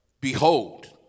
Behold